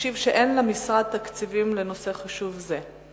השיב שאין למשרד תקציבים לנושא חשוב זה.